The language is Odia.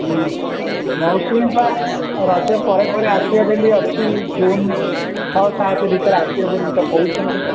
ହଁ ମୌସୁମୀ ବା ରଜ ପରେ ପରେ ଆସିବେ ବୋଲି ଅଛି ଜୁନ୍ ଛଅ ସାତ ଭିତରେ ଆସିବ ବୋଲିତ କହୁଛନ୍ତି